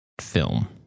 film